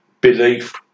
belief